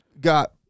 got